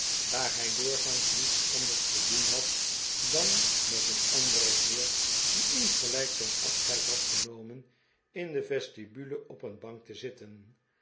daar hij doorgaans niets anders te doen had dan met een anderen heer die insgelijks zijn afscheid had genomen in de vestibule op een bank te zitten